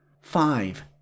Five